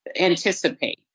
anticipate